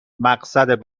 مقصد